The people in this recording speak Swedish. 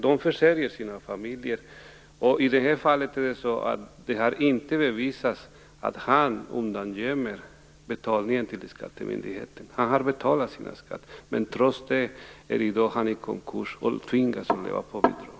De försörjer sina familjer. I detta fall har det inte bevisats att pizzeriaägaren undangömmer betalningen till skattemyndigheten. Han har betalat sin skatt, men trots det är han i dag försatt i konkurs och tvingas att leva på bidrag.